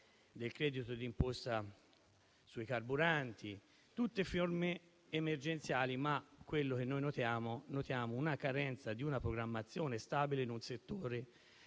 del credito d'imposta sui carburanti. Tutte forme emergenziali, ma quello che noi notiamo è la carenza di una programmazione stabile in un settore